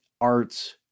Art's